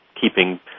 keeping